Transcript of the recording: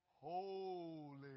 holy